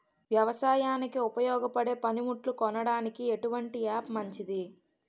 వ్యవసాయానికి ఉపయోగపడే పనిముట్లు కొనడానికి ఎటువంటి యాప్ మంచిది?